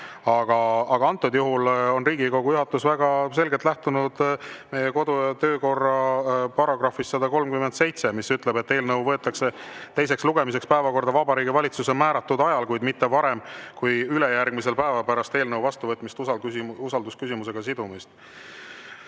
Aga antud juhul on Riigikogu juhatus väga selgelt lähtunud meie kodu- ja töökorra [seaduse] §‑st 137, mis ütleb, et eelnõu võetakse teiseks lugemiseks päevakorda Vabariigi Valitsuse määratud ajal, kuid mitte varem kui ülejärgmisel päeval pärast eelnõu vastuvõtmise usaldusküsimusega sidumist.